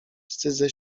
wstydzę